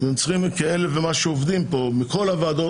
צריך למעלה מאלף עובדים מכל הוועדות,